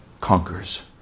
conquers